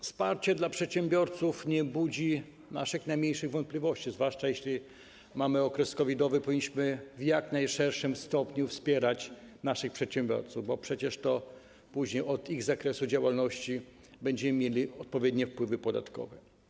Wsparcie dla przedsiębiorców nie budzi naszych najmniejszych wątpliwości - zwłaszcza jeśli mamy okres COVID-owy, powinniśmy w jak największym stopniu wspierać naszych przedsiębiorców, bo przecież później to zależnie od zakresu ich działalności będziemy mieli odpowiednie wpływy podatkowe.